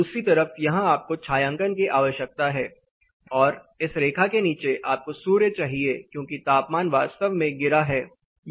दूसरी तरफ यहाँ आपको छायांकन की आवश्यकता है और इस रेखा के नीचे आपको सूर्य चाहिए क्योंकि तापमान वास्तव में गिरा है